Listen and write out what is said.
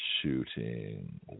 Shooting